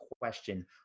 question